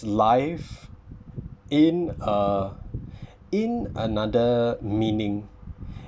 life in a in another meaning